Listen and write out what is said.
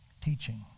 Teaching